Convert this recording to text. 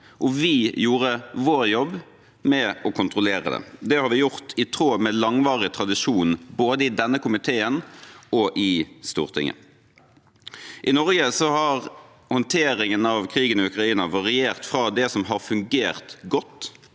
vi gjorde vår jobb med å kontrollere det. Det har vi gjort i tråd med langvarig tradisjon, både i denne komiteen og i Stortinget. I Norge har håndteringen av krigen i Ukraina variert fra det som har fungert godt,